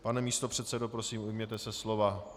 Pane místopředsedo, prosím, ujměte se slova.